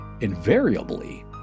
invariably